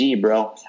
bro